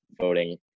voting